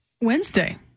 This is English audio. Wednesday